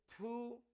two